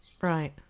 Right